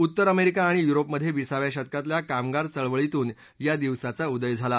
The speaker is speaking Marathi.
उत्तर अमेरिका आणि युरोपमध्ये विसाव्या शतकातल्या कामगार चळवळीतून या दिवसाचा उदय झाला